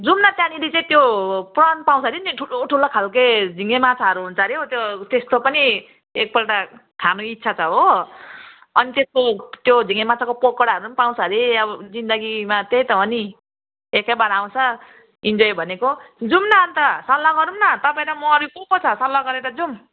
जाउँ न त्यहाँनिर चाहिँ त्यो प्रन पाउँछ अरे नि ठुलो ठुलो खालके झिङ्गे माछाहरू हुन्छ अरे हौ त्यो त्यस्तो पनि एकपल्ट खानु इच्छा छ हो अनि त्यसको त्यो झिङ्गो माछाको पकोडाहरू पनि पाउँछ अरे अब जिन्दगीमा त्यही त हो नि एकैबार आउँछ इन्जोय भनेको जाउँ न अन्त सल्लाह गरौँ न तपाईँ र म अरू को को छ सल्लाह गरेर जाउँ